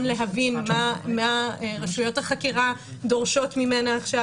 להבין מה רשויות החקירה דורשות ממנה עכשיו.